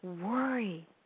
worry